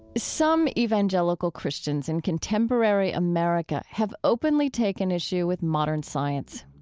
some evangelical christians in contemporary america have openly taken issue with modern science.